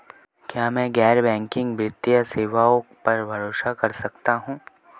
क्या मैं गैर बैंकिंग वित्तीय सेवाओं पर भरोसा कर सकता हूं?